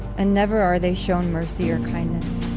and never are they shown mercy or kindness,